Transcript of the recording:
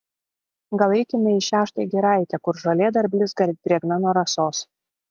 gal eikime į šią štai giraitę kur žolė dar blizga drėgna nuo rasos